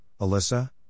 Alyssa